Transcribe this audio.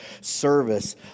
service